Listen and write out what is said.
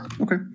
Okay